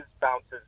bounces